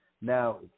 now